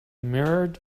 mirrored